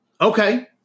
Okay